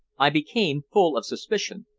i became full of suspicion.